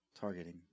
targeting